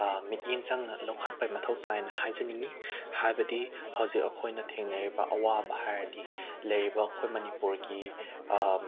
ꯃꯤꯠꯌꯦꯡ ꯆꯪꯅ ꯂꯧꯈꯠꯄꯒꯤ ꯃꯊꯧ ꯇꯥꯏꯌꯦꯅ ꯍꯥꯏꯖꯅꯤꯡꯏ ꯍꯥꯏꯕꯗꯤ ꯍꯧꯖꯤꯛ ꯑꯩꯈꯣꯏꯅ ꯊꯦꯡꯅꯔꯤꯕ ꯑꯋꯥꯕ ꯍꯥꯏꯔꯗꯤ ꯂꯩꯔꯤꯕ ꯑꯥꯈꯣꯏ ꯃꯅꯤꯄꯨꯔꯒꯤ